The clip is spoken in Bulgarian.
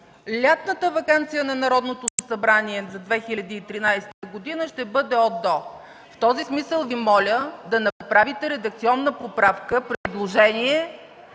„Лятната ваканция на Народното събрание за 2013 г. ще бъде от – до”. В този смисъл Ви моля да направите редакционна поправка, предложение